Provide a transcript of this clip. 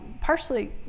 partially